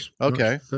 okay